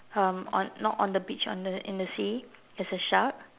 um on not on the beach in the sea there's a shark